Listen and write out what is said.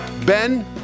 Ben